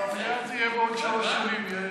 במליאה זה יהיה בעוד שלוש שנים, יעל.